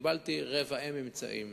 קיבלתי ממצאים.